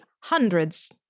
hundreds